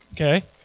Okay